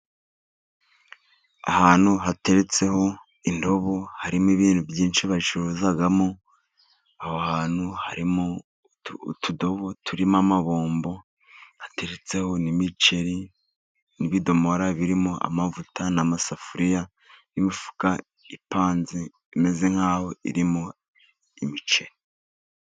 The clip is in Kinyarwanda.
Ahantu hateretseho indobo harimo ibintu byinshi bacuruzamo. Aho hantu harimo utudobo turimo ama bombo ateretseho n'imiceri, n'ibidomora birimo amavuta, n'amasafuriya, n'imifuka ipanze imeze nk'aho irimo imiceri.